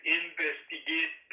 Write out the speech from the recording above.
investigate